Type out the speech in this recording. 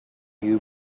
you